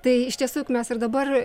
tai iš tiesų juk mes ir dabar